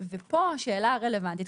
ופה השאלה הרלוונטית,